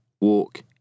walk